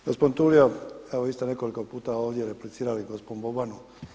Gospodine Tulio evo vi ste nekoliko puta ovdje replicirali gospodinu Bobanu.